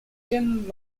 ten